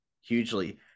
hugely